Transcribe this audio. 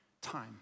time